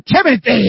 Timothy